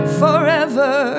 forever